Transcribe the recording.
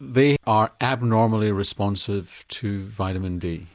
they are abnormally responsive to vitamin d?